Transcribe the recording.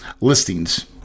listings